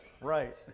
right